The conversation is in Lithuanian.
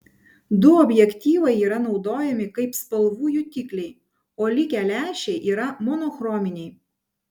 du objektyvai yra naudojami kaip spalvų jutikliai o likę lęšiai yra monochrominiai